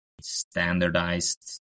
standardized